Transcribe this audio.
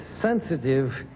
sensitive